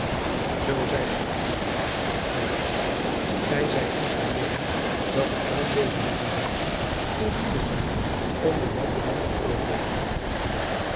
zoo zeide van espenblad verrast gy zijt dus van meening dat de aanwezende bewijzen voldoende zijn om buat te doen veroordeelen